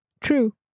True